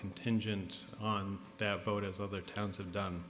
contingent on that vote as other towns have done